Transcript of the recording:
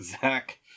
Zach